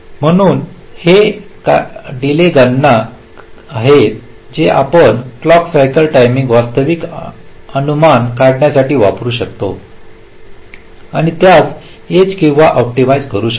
म्हणून हे काही डीले गणना आहेत जे आपण क्लॉक सायकल टायमिंग वास्तविक अनुमान काढण्यासाठी वापरू शकता आणि त्यास एज किंवा ऑप्टिमाइझ करू शकता